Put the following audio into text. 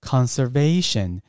Conservation